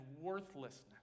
worthlessness